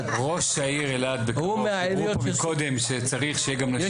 דיברו מקודם שצריך שיהיה גם נשים,